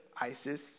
ISIS